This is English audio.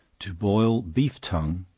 to boil beef tongue,